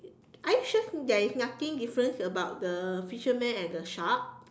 are you sure there is nothing difference about the fisherman and the shark